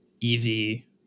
easy